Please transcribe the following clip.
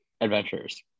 Adventures